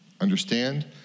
Understand